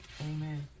amen